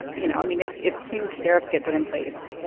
you know, i mean, if if huge tariffs get put in place,